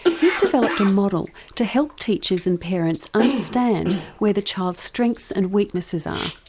he's developed a model to help teachers and parents understand where the child's strengths and weaknesses are.